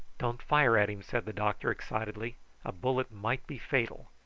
don't fire at him, said the doctor excitedly a bullet might be fatal.